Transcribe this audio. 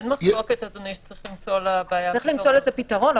צריך למצוא לזה פתרון,